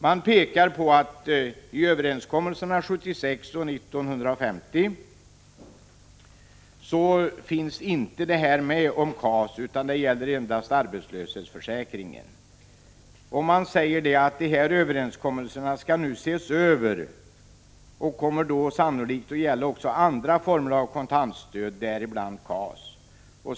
Man pekar på att i överenskommelsen från 1976 och i en tidigare överenskommelse från 1950-talet finns inte detta om KAS, utan de gäller endast arbetslöshetsförsäkringen. Man säger att dessa överenskommelser nu skall ses över och 17 kommer då sannolikt också att gälla andra former av kontant stöd, däribland KAS.